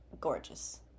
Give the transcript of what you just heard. gorgeous